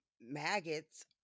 maggots